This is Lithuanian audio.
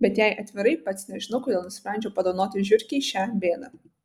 bet jei atvirai pats nežinau kodėl nusprendžiau padovanoti žiurkei šią bėdą